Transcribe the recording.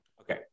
okay